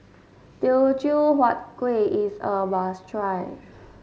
Teochew Huat Kuih is a must try